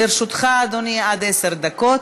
לרשותך, אדוני, עד עשר דקות.